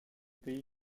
pays